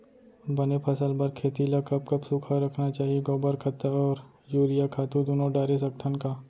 बने फसल बर खेती ल कब कब सूखा रखना चाही, गोबर खत्ता और यूरिया खातू दूनो डारे सकथन का?